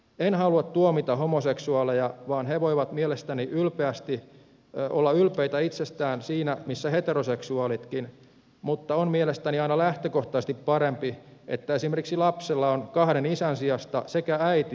en halua tuomita homoseksuaaleja vaan he voivat mielestäni olla ylpeitä itsestään siinä missä heteroseksuaalitkin mutta on mielestäni aina lähtökohtaisesti parempi että esimerkiksi lapsella on kahden isän sijasta sekä äiti että isä